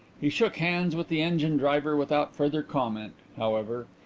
he shook hands with the engine-driver without further comment, however,